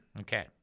Okay